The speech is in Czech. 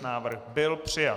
Návrh byl přijat.